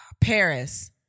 Paris